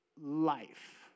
life